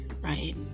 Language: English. right